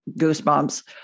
goosebumps